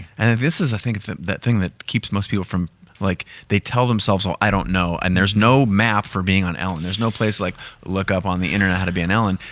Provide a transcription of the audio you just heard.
and this is, i think that thing that keeps most people from like, they tell themselves, oh, i don't know and there's no map for being on ellen. there's no place, like look up on the internet how to be on ellen,